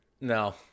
No